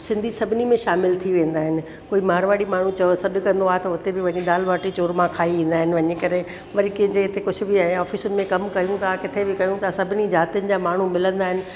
सिंधी सभिनी में शामिलु थी वेंदा आहिनि को माड़वारी माण्हूं चओ सॾु कंदो आहे त उते बि वञी दाल ॿाटी चूरमा खाई ईंदा आहिनि वञी करे वरी कंहिं जे हिते कुझु बि आहे ऐं ऑफीसुनि में कयूं था किथे बि कयूं था सभिनी जातियुनि जा माण्हूं मिलंदा आहिनि